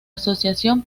asociación